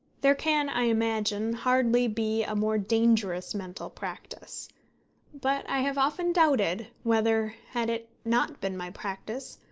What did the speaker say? there can, i imagine, hardly be a more dangerous mental practice but i have often doubted whether, had it not been my practice,